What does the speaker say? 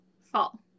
fall